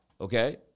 okay